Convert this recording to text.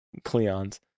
Cleons